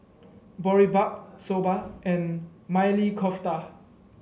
Boribap Soba and Maili Kofta